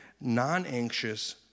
non-anxious